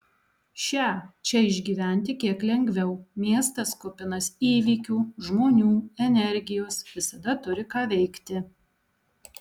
šią čia išgyventi kiek lengviau miestas kupinas įvykių žmonių energijos visada turi ką veikti